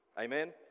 Amen